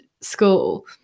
school